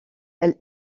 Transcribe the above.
elle